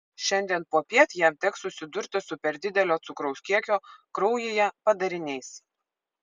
šiandien popiet jam teks susidurti su per didelio cukraus kiekio kraujyje padariniais